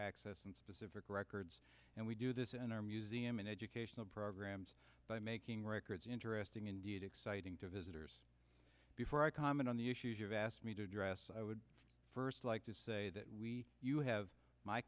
access and specific records and we do this in our museum in educational programs by making records interesting indeed exciting to visitors before i comment on the issues you've asked me to address i would first like to say that we you have my